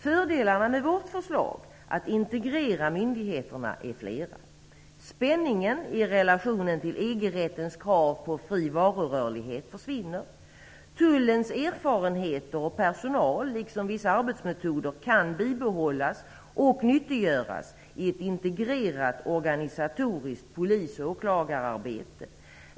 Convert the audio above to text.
Fördelarna med vårt förslag att integrera myndigheterna är flera: Spänningen i relation till EG-rättens krav på fri varurörlighet försvinner. Tullens erfarenheter och personal liksom vissa arbetsmetoder kan bibehållas och nyttiggöras i ett integrerat organisatoriskt polis och åklagararbete.